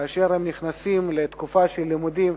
כאשר הם נכנסים לתקופה של לימודים,